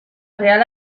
real